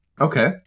Okay